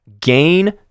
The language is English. gain